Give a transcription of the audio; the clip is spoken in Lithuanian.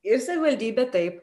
ir savivaldybė taip